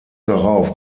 darauf